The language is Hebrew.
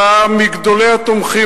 אתה מגדולי התומכים,